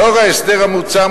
לאור ההסדר המוצע,